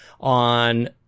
on